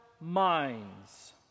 minds